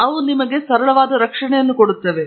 ಆದ್ದರಿಂದ ಇದು ನಿಮಗೆ ಕೆಲವು ರಕ್ಷಣೆಯನ್ನು ನೀಡುತ್ತದೆ